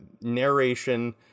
narration